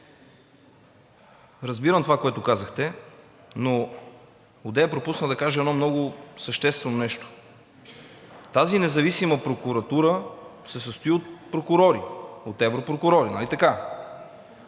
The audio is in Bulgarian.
разбирам това, което казахте, но одеве пропуснах да кажа едно много съществено нещо. Тази независима прокуратура се състои от прокурори – от европрокурори, нали така?